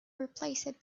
replaced